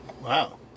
Wow